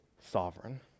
sovereign